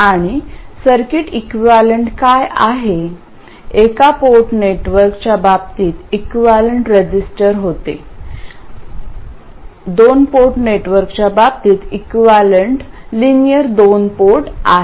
आणि circuit equivalent काय आहे एका पोर्ट नेटवर्कच्या बाबतीत इक्विवलेंट रजिस्टर होते दोन पोर्ट नेटवर्कच्या बाबतीत इक्विवलेंट लिनियर दोन पोर्ट आहेत